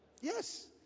Yes